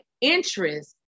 interest